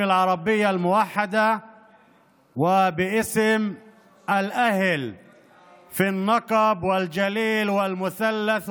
בשם הרשימה הערבית המאוחדת ובשם העם במשולש ובנגב ובשפלה,